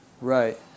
Right